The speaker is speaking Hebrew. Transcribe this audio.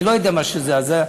אני לא יודע מה שזה, אז זה.